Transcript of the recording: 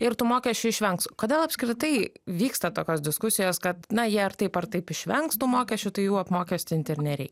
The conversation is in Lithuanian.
ir tų mokesčių išvengs kodėl apskritai vyksta tokios diskusijos kad na jie ar taip ar taip išvengs tų mokesčių tai jų apmokestinti ir nerei